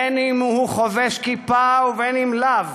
בין אם הוא חובש כיפה ובין אם לאו,